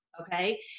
Okay